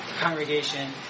congregation